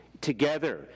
together